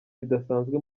bidasanzwe